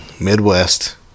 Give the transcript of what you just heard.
Midwest